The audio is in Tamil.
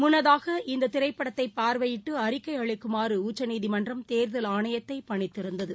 ஏற்கனவே இந்ததிரைப்படத்தைபாா்வையிட்டுஅறிக்கைஅளிக்குமாறுஉச்சநீதிமன்றம் தேர்தல் ஆணையத்தைபணித்திருந்தது